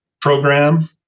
program